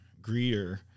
greeter